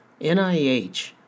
NIH